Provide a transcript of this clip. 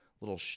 little